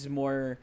more